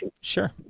Sure